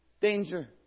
danger